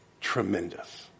tremendous